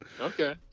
Okay